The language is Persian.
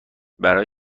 برای